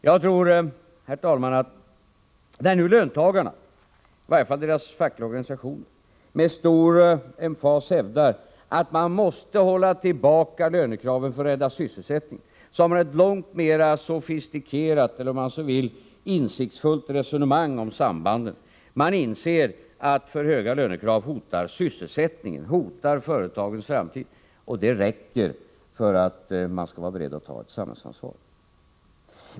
Jag tror, herr talman, att när nu löntagarna — i varje fall deras fackliga organisationer — med stark emfas hävdar att man måste hålla tillbaka lönekraven för att rädda sysselsättningen, så för de ett långt mera sofistikerat, eller låt mig säga insiktsfullt, resonemang om sambanden. Man inser att för höga lönekrav hotar sysselsättningen, hotar företagens framtid. Detta räcker för att man skall vara beredd att ta ett samhällsansvar.